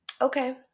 Okay